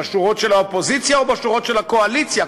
בשורות של האופוזיציה או בשורות של הקואליציה,